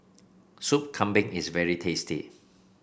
Soup Kambing is very tasty